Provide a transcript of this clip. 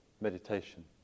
meditation